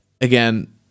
Again